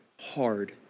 hard